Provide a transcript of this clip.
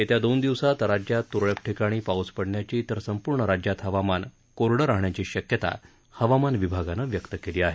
येत्या दोन दिवसात राज्यात तुरळक ठिकाणी पाऊस पडण्याची तर संपूर्ण राज्यात हवामान कोरडं राहण्याची शक्यता हवामान विभागानं व्यक्त केली आहे